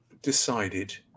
decided